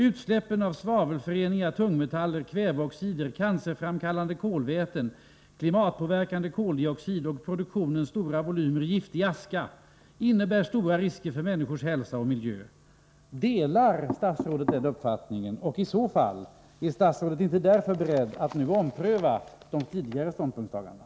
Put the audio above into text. Utsläppen av svavelföreningar, tungmetaller, kväveoxider, cancerframkallande kolväten, klimatpåverkande koldioxid och produktionen av stora volymer giftig aska innebär stora risker för människors hälsa och miljö.” Delar statsrådet den uppfattningen, och är statsrådet i så fall beredd att ompröva de tidigare ståndspunktstagandena?